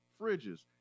fridges